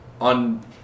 on